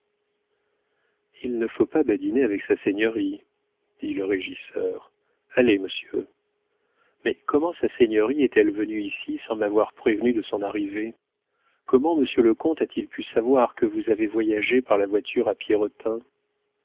il ne faut pas badiner avec sa seigneurie dit le régisseur allez monsieur mais comment sa seigneurie est-elle venue ici sans m'avoir prévenu de son arrivée comment monsieur le comte a-t-il pu savoir que vous avez voyagé par la voiture